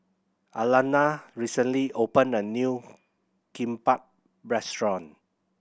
Alannah recently opened a new Kimbap Restaurant